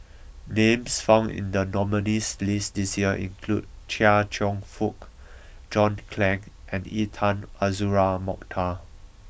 names found in the nominees' list this year include Chia Cheong Fook John Clang and Intan Azura Mokhtar